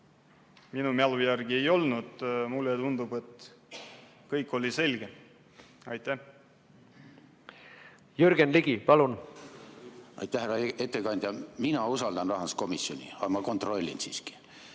minu mälu järgi ei olnud, siis mulle tundub, et kõik oli selge. Jürgen Ligi, palun! Aitäh! Härra ettekandja! Mina usaldan rahanduskomisjoni, aga ma kontrollin siiski.